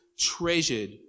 treasured